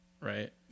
right